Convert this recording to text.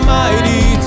mighty